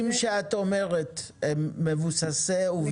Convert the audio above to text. עם כמה שאני אוהב לדבר למסכים ריקים של משרד